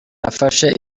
nafashe